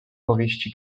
powieści